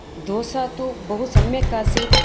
दोसा तु बहु सम्यक् आसीत्